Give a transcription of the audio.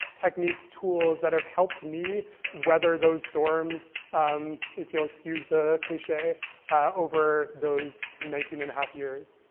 techniques, tools that have helped me weather those storms if you'll excuse the cliche over those nineteen and a half years.